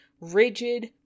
rigid